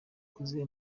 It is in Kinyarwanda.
kuziha